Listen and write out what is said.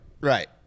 right